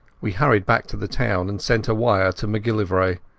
we hurried back to the town and sent a wire to macgillivray.